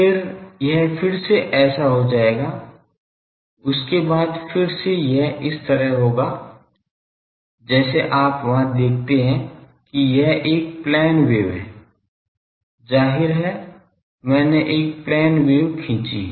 फिर यह फिर से ऐसा हो जाएगा उसके बाद फिर से यह इस तरह होगा जैसे आप वहां देखते हैं कि यह एक प्लेन वेव है जाहिर है मैंने एक प्लेन वेव खींची है